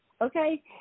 Okay